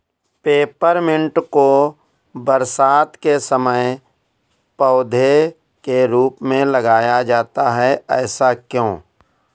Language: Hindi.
पेपरमिंट को बरसात के समय पौधे के रूप में लगाया जाता है ऐसा क्यो?